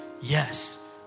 Yes